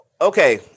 Okay